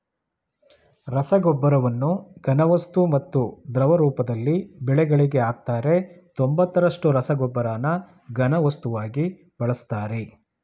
ರಸಗೊಬ್ಬರವನ್ನು ಘನವಸ್ತು ಮತ್ತು ದ್ರವ ರೂಪದಲ್ಲಿ ಬೆಳೆಗಳಿಗೆ ಹಾಕ್ತರೆ ತೊಂಬತ್ತರಷ್ಟು ರಸಗೊಬ್ಬರನ ಘನವಸ್ತುವಾಗಿ ಬಳಸ್ತರೆ